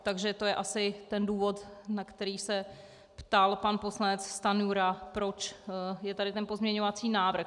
Takže to je asi ten důvod, na který se ptal pan poslanec Stanjura, proč je tady ten pozměňovací návrh.